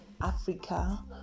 Africa